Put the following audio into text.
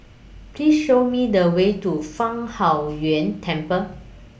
Please Show Me The Way to Fang Huo Yuan Temple